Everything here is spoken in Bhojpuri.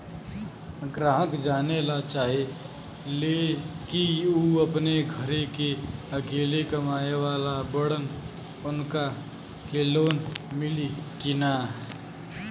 ग्राहक जानेला चाहे ले की ऊ अपने घरे के अकेले कमाये वाला बड़न उनका के लोन मिली कि न?